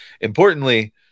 importantly